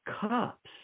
cups